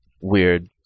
weird